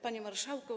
Panie Marszałku!